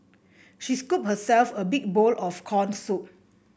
she scooped herself a big bowl of corn soup